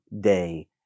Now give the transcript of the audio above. day